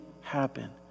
happen